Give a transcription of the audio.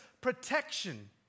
protection